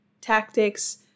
tactics